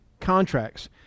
contracts